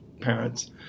parents